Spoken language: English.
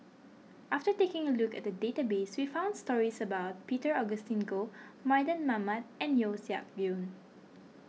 after taking a look at the database we found stories about Peter Augustine Goh Mardan Mamat and Yeo Siak Goon